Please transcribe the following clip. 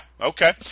okay